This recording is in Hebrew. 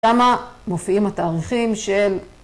למה מופיעים התאריכים של